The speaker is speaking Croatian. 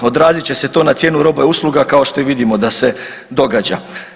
Odrazit će se to na cijenu robe usluga kao što i vidimo da se događa.